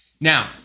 Now